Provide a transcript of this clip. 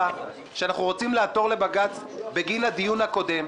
שאנחנו רוצים לעתור לבג"ץ בגין הדיון הקודם.